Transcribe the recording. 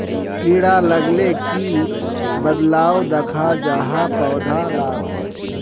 कीड़ा लगाले की बदलाव दखा जहा पौधा लात?